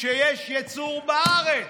כשיש ייצור בארץ.